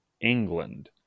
England